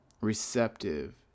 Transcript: receptive